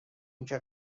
اینکه